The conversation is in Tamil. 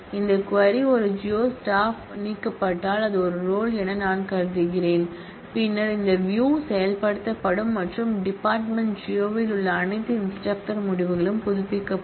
இந்த க்வரி ஒரு ஜியோ ஸ்டாப்ல் நீக்கப்பட்டால் அது ஒரு ரோல் என்று நான் கருதுகிறேன் பின்னர் இந்த வியூ செயல்படுத்தப்படும் மற்றும் டிபார்ட்மென்ட் ஜியோல் உள்ள அனைத்து இன்ஸ்டிரக்டர் முடிவுகளும் புதுப்பிக்கப்படும்